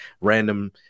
random